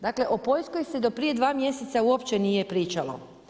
Dakle o Poljskoj se do prije dva mjeseca uopće nije pričalo.